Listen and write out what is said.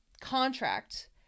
contract